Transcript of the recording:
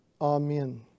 Amen